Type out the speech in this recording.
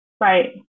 Right